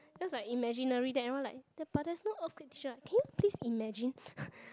just like imaginary then everyone like but there's no earthquake ~cher can you please imagine